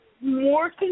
more